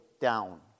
down